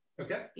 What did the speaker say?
Okay